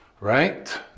right